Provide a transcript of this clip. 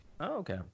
Okay